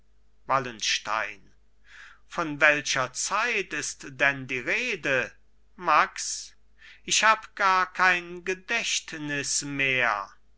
wallenstein von welcher zeit ist denn die rede max ich hab gar kein gedächtnis mehr